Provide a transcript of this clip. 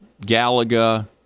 Galaga